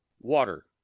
Water